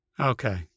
Okay